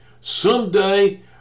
Someday